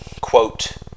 quote